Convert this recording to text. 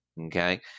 Okay